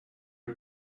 are